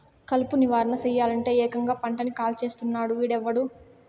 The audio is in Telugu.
కలుపు నివారణ సెయ్యలంటే, ఏకంగా పంటని కాల్చేస్తున్నాడు వీడెవ్వడు